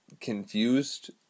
confused